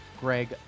Greg